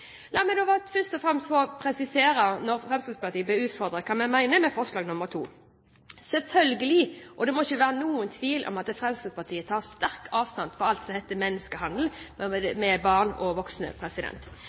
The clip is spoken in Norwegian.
La meg først og fremst presisere, siden Fremskrittspartiet ble utfordret, hva vi mener med forslag nr. 2. Selvfølgelig, og det må det ikke være noen tvil om, tar Fremskrittspartiet sterkt avstand fra all menneskehandel med